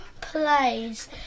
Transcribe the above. Plays